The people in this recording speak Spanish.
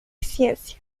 ciencia